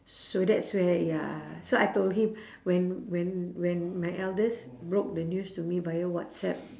so that's where ya so I told him when when when my eldest broke the news to me via WhatsApp